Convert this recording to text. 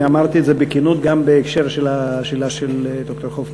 אני אמרתי את זה בכנות גם בהקשר של השאלה של ד"ר הופמן.